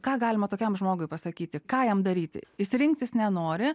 ką galima tokiam žmogui pasakyti ką jam daryti jis rinktis nenori